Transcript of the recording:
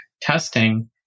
testing